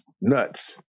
nuts